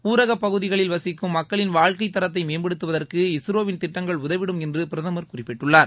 ஊரக பகுதிகளில் வசிக்கும் மக்களின் வாழ்கைத்தரத்தை மேம்படுத்துவதற்கு இஸ்ரோவின் திட்டங்கள் உதவிடும் என்று பிரதமர் குறிப்பிட்டுள்ளார்